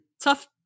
tough